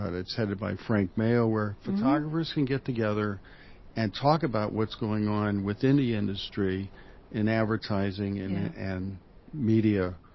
and it's headed by frank mao where photographers can get together and talk about what's going on within the industry and advertising and and media.